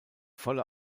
volle